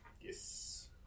Yes